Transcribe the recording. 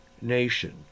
nation